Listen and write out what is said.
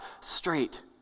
straight